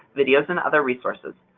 videos, and other resources.